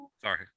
sorry